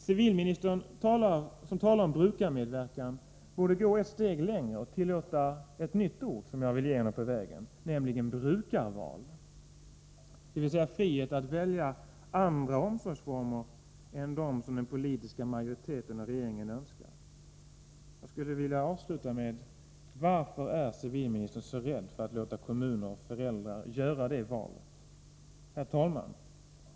Civilministern, som talar om ”brukarmedverkan”, borde gå ett steg längre och tillåta ett nytt ord som jag vill ge honom på vägen, nämligen ”brukarval”, dvs. frihet att välja andra omsorgsformer än de som den politiska majoriteten och regeringen önskar. Jag skulle vilja avsluta med frågan: Varför är civilministern så rädd för att låta kommuner och föräldrar göra det valet? Herr talman!